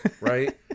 right